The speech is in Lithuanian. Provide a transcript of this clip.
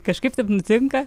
kažkaip taip nutinka